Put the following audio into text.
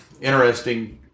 interesting